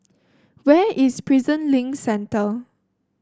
where is Prison Link Centre